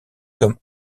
comme